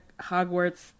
hogwarts